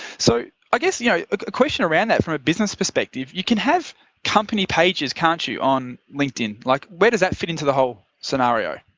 so ah yeah a question around that from a business perspective, you can have company pages, can't you, on linkedin? like where does that fit into the whole scenario?